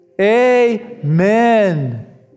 Amen